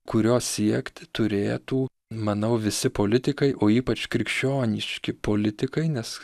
kurio siekti turėtų manau visi politikai o ypač krikščioniški politikai nes